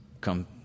come